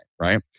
right